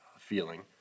feeling